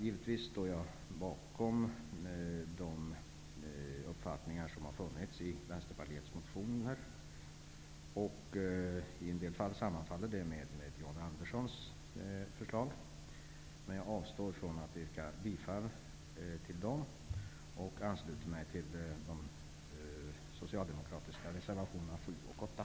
Givetvis står jag bakom de uppfattningar som har funnits i Vänsterpartiets motioner, som i en del fall sammanfaller med John Anderssons förslag. Men jag avstår från att yrka bifall till dem och ansluter mig till de socialdemokratiska reservationerna 7 och 8.